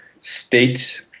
state